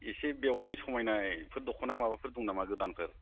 एसे बेवायनो समायनाय फोर दख'नाफोर माबाफोर दङ नामा गोदानफोर